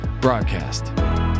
broadcast